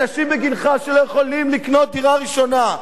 אנשים בגילך שלא יכולים לקנות דירה ראשונה.